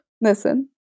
Listen